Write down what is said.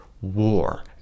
war